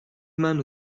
منو